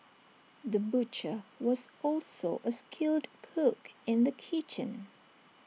the butcher was also A skilled cook in the kitchen